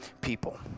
people